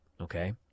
okay